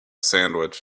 sandwich